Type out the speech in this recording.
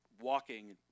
walking